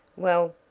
well,